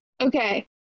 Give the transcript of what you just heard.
Okay